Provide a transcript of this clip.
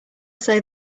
say